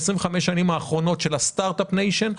ב-25 שנים האחרונות של הסטארט-אפ ניישן,